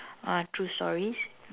uh true stories